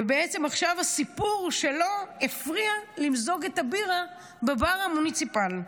ובעצם עכשיו הסיפור שלו הפריע למזוג את הבירה בבר המוניציפל.